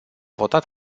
votat